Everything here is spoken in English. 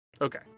Okay